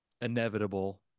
inevitable